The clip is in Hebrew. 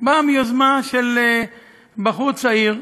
באה מיוזמה של בחור צעיר,